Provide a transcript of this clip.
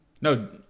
No